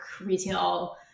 retail